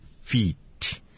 feet